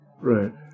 Right